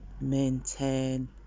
maintain